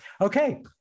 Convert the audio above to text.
okay